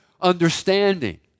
understanding